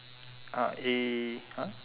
uh eh !huh!